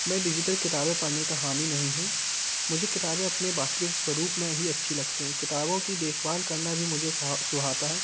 मैं डिज़िटल किताबें पढ़ने का हामी नहीं हूँ मुझे किताबें अपने वास्तविक स्वरूप में ही अच्छी लगती हैं किताबों की देखभाल करना भी मुझे सुहाता है